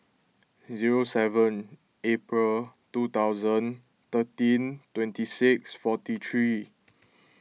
zero seven April two thousand thirteen twenty six forty three